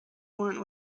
want